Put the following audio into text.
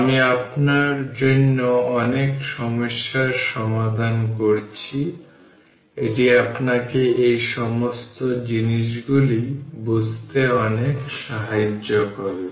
আমি আপনার জন্য অনেক সমস্যার সমাধান করছি এটি আপনাকে এই সমস্ত জিনিসগুলি বুঝতে অনেক সাহায্য করবে